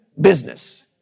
business